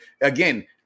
Again